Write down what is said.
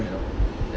okay